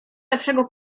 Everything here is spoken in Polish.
lepszego